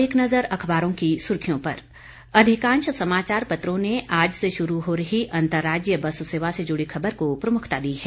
अब एक नजर अखबारों की सुर्खियों पर अधिकांश समाचार पत्रों ने आज से शुरू हो रही अंतर्राज्यीय बस सेवा से जुड़ी खबर को प्रमुखता दी है